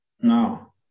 No